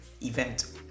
event